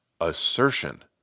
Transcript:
assertion